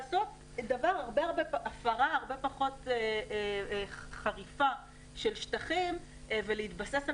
לעשות הפרה הרבה פחות חריפה של שטחים ולהתבסס על